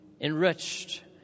enriched